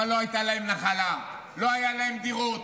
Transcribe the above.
אבל לא הייתה להם נחלה, לא היו להם דירות,